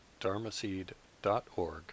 dharmaseed.org